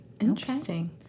Interesting